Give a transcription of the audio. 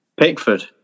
Pickford